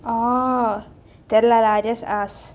oh தெரியலை:theriyalai I just ask